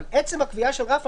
אבל עצם הקביעה של רף,